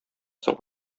соң